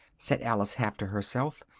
said alice, half to herself,